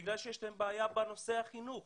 בגלל שיש להם בעיה בנושא החינוך,